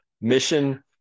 Mission